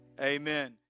amen